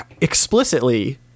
explicitly